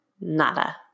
nada